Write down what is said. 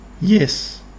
yes